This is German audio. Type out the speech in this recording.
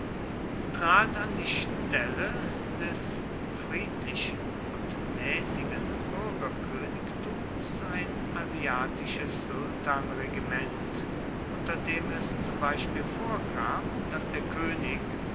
trat an die stelle des friedlichen und mäßigen bürgerkönigtums ein asiatisches sultanregiment unter dem es zum beispiel vorkam daß der könig